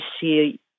see